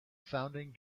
founding